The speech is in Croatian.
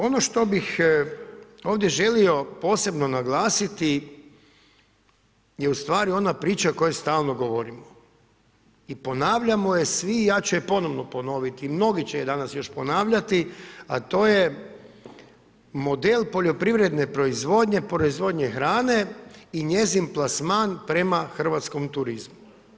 Ono što bih ovdje želio posebno naglasiti je ustvari ona priča o kojoj stalno govorimo i ponavljamo je svi, ja ću je ponovno ponoviti, mnogi će je danas još ponavljati, a to je model poljoprivredne proizvodnje, proizvodnje hrane i njezin plasman prema hrvatskom turizmu.